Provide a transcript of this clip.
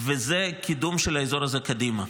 זה קידום של האזור הזה קדימה.